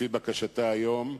לפי בקשתה היום,